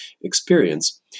experience